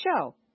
show